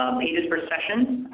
pages per session,